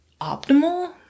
optimal